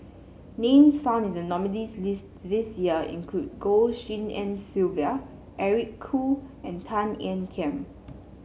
names found in the nominees' list this year include Goh Tshin En Sylvia Eric Khoo and Tan Ean Kiam